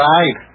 Right